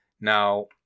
Now